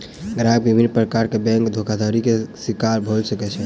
ग्राहक विभिन्न प्रकार के बैंक धोखाधड़ी के शिकार भअ सकै छै